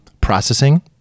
processing